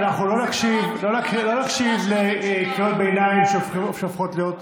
אנחנו לא נקשיב לקריאות ביניים שהופכות להיות נאומים.